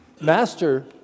Master